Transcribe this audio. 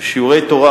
בשיעורי תורה,